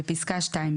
בפסקה (2),